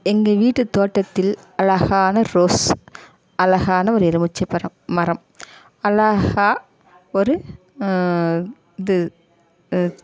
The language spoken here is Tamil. எங்கள் வீட்டு தோட்டத்தில் அழகான ரோஸ் அழகான ஒரு எலுமிச்ச்சை பழம் மரம் அழகாக ஒரு இது